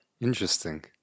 Interesting